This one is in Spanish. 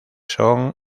son